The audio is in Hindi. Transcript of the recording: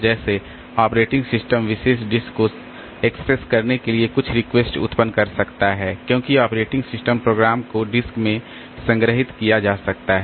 जैसे ऑपरेटिंग सिस्टम विशेष डिस्क को एक्सेस करने के लिए कुछ रिक्वेस्ट उत्पन्न कर सकता है क्योंकि ऑपरेटिंग सिस्टम प्रोग्राम को डिस्क में संग्रहीत किया जा सकता है